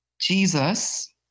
Jesus